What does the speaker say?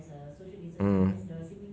mm